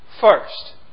first